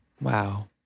Wow